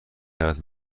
دعوت